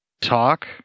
talk